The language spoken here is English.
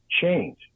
change